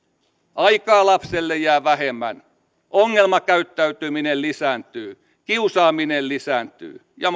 aikaa lapselle jää vähemmän ongelmakäyttäytyminen lisääntyy kiusaaminen lisääntyy ja